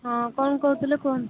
ହଁ କ'ଣ କହୁଥିଲେ କୁହନ୍ତୁ